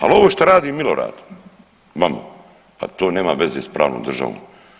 Ali ovo što radi Milorad vama, pa to nema veze s pravnom državom.